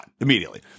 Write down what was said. immediately